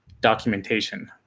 documentation